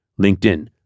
LinkedIn